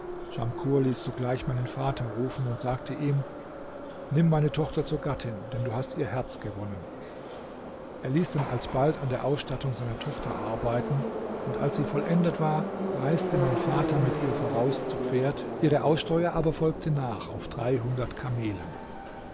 schamkur ließ sogleich meinen vater rufen und sagte ihm nimm meine tochter zur gattin denn du hast ihr herz gewonnen er ließ dann alsbald an der ausstattung seiner tochter arbeiten und als sie vollendet war reiste mein vater mit ihr voraus zu pferd ihre aussteuer aber folgte nach auf dreihundert kamelen